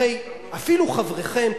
הרי אפילו חבריכם,